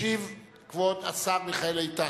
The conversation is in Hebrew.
ישיב כבוד השר מיכאל איתן,